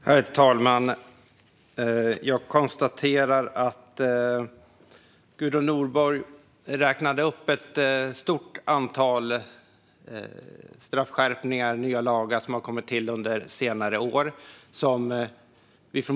Herr talman! Gudrun Nordborg räknade upp ett stort antal straffskärpningar och nya lagar som kommit till under senare år.